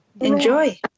Enjoy